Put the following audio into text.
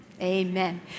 Amen